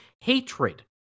hatred